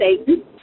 Satan